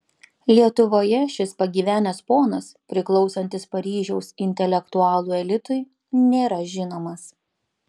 lietuvoje šis pagyvenęs ponas priklausantis paryžiaus intelektualų elitui nėra žinomas